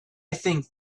think